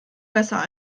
besser